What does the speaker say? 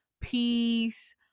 peace